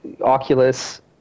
oculus